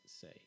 say